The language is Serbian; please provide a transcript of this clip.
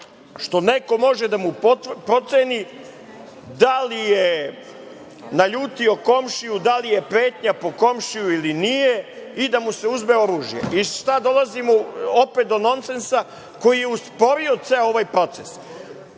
što neko može da mu proceni da li je naljutio komšiju, da li je pretnja po komšiju ili nije i da mu se uzme oružje i opet dolazimo do nonsensa koji je usporio ceo ovaj proces. Između